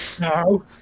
No